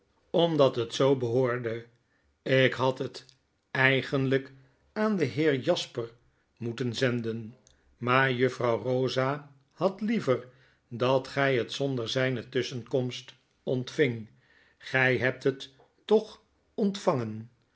omdat het zoo behoorde ik had het eigenlijk aan den heer jasper moeten zenden maar juffrouw rosa had liever dat gij het zonder zijne tusschenkomst ontvingt gijhebthet toch ontvangen